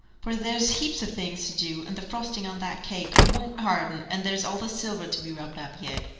for there's heaps of things to do. and the frosting on that cake won't harden. and there's all the silver to be rubbed up yet.